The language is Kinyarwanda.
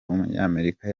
w’umunyamerika